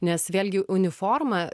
nes vėlgi uniforma